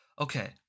okay